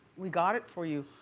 we got it for you.